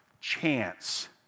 chance